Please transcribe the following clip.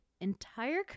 entire